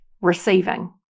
receiving